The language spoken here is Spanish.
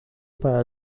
para